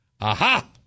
Aha